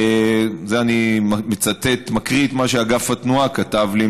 אני מקריא את מה שאגף התנועה כתב לי,